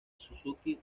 suzuki